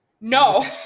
No